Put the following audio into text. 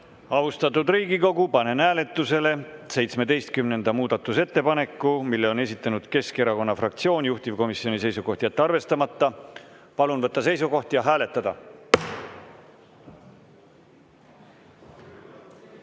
Austatud Riigikogu, panen hääletusele 19. muudatusettepaneku. Selle on esitanud Eesti Keskerakonna fraktsioon. Juhtivkomisjoni seisukoht on jätta arvestamata. Palun võtta seisukoht ja hääletada!